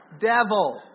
devil